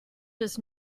does